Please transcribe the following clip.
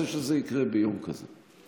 אני לא רוצה שזה יקרה ביום כזה.